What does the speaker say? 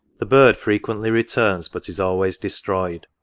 the bird frequently returns, but is always destroyed.